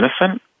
innocent